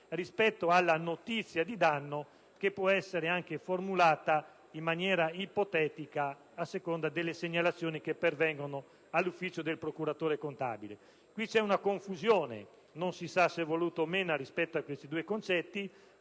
rispetto alla notizia di danno, che può essere anche formulata in maniera ipotetica a seconda delle segnalazioni che pervengono all'ufficio del procuratore contabile. Qui c'è confusione, non si sa se voluta o meno, rispetto a questi due concetti: